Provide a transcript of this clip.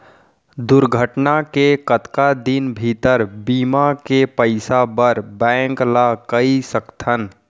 दुर्घटना के कतका दिन भीतर बीमा के पइसा बर बैंक ल कई सकथन?